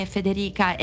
Federica